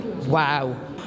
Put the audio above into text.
Wow